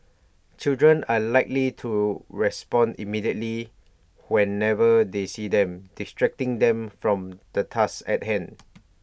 children are likely to respond immediately whenever they see them distracting them from the task at hand